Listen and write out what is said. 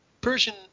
Persian